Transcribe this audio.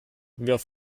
wirf